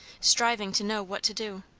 striving to know what to do.